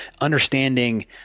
understanding